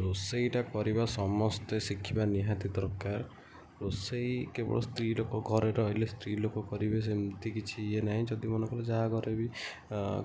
ରୋଷେଇଟା କରିବା ସମସ୍ତେ ଶିଖିବା ନିହାତି ଦରକାର ରୋଷେଇ କେବଳ ସ୍ତ୍ରୀ ଲୋକ ଘରେ ରହିଲେ ସ୍ତ୍ରୀ ଲୋକ କରିବେ ସେମିତି କିଛି ଇଏ ନାହିଁ ଯଦି ମନେକର ଯାହା ଘରେ ବି